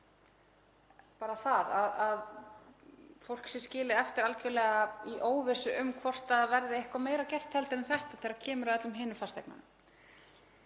með að fólk sé skilið eftir algerlega í óvissu um hvort það verði eitthvað meira gert en þetta þegar kemur að öllum hinum fasteignunum.